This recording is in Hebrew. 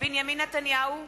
בנימין נתניהו,